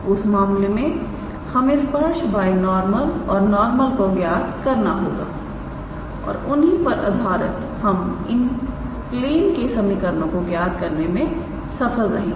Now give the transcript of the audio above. उस मामले में हमें स्पर्श बाय नॉर्मल और नॉर्मल को ज्ञात करना होगा और उन्हीं पर आधारितहम इन प्लेन के समीकरणों को ज्ञात करने में सफल रहेंगे